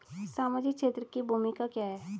सामाजिक क्षेत्र की भूमिका क्या है?